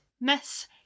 miss